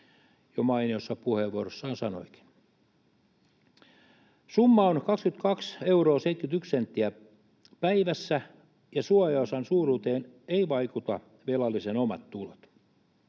Summa on 22 euroa 71 senttiä päivässä, ja suojaosan suuruuteen eivät vaikuta velallisen omat tulot.